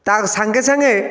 ତା' ସାଙ୍ଗେ ସାଙ୍ଗେ